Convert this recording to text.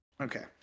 Okay